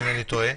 אם אינני טועה,